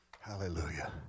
Hallelujah